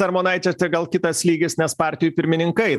armonaičio čia gal kitas lygis nes partijų pirmininkai